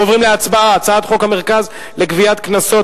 אנחנו עוברים להצבעה על הצעת חוק המרכז לגביית קנסות,